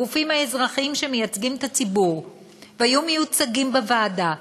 הגופים האזרחיים שמייצגים את הציבור והיו מיוצגים בוועדה,